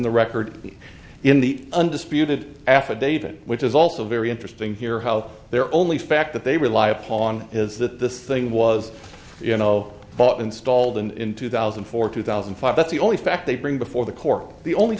the record in the undisputed affidavit which is also very interesting here how they're only fact that they rely upon is that this thing was you know bought installed in two thousand and four two thousand and five that's the only fact they bring before the court the only